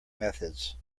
methods